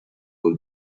will